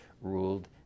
ruled